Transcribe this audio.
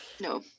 No